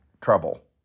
trouble